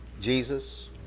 Jesus